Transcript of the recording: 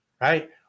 right